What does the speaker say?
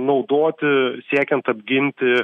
naudoti siekiant apginti